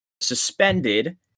suspended